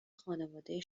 خانواده